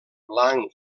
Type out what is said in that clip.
blanc